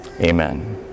Amen